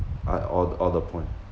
I all all the point ah